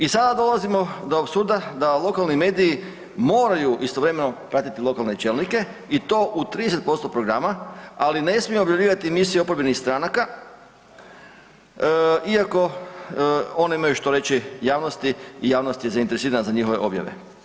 I sada dolazimo do apsurda da lokalni mediji moraju istovremeno pratiti lokalne čelnike i to u 30% programa, ali ne smiju objavljivati emisije oporbenih stranaka iako one imaju što reći javnosti i javnost je zainteresirana za njihove objave.